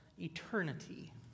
eternity